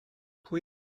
pwy